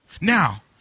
Now